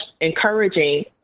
encouraging